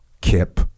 Kip